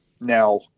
now